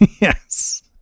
Yes